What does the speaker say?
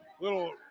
Little